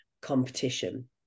competition